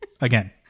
again